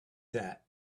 that